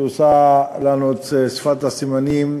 שמתרגמת את דברינו לשפת הסימנים,